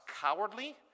cowardly